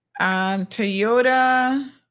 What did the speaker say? Toyota